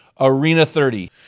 ARENA30